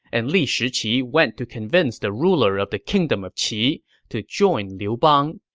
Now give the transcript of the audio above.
and li shiqi went to convince the ruler of the kingdom of qi to join liu bang.